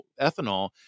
ethanol